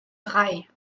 drei